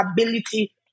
ability